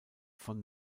von